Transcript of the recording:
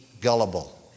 gullible